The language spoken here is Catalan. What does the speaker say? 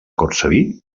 cortsaví